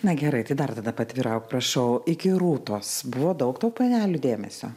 na gerai tai dar tada paatvirauk prašau iki rūtos buvo daug tau panelių dėmesio